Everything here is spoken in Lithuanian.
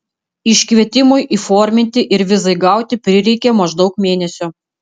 iškvietimui įforminti ir vizai gauti prireikė maždaug mėnesio